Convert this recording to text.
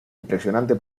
impresionante